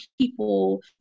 people